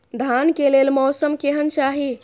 धान के लेल मौसम केहन चाहि?